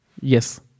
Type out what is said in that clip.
Yes